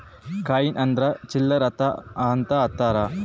coin ಅಂದ್ರ ಚಿಲ್ಲರ್ ಅಂತ ಅಂತಾರ